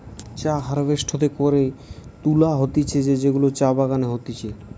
চা হারভেস্ট হাতে করে তুলা হতিছে যেগুলা চা বাগানে হতিছে